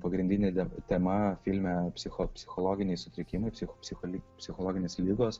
pagrindine tema filme psicho psichologiniai sutrikimai psicho spi psichologinės ligos